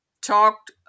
talked